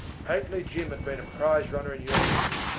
pately jim had been a prize runner in yorkshire,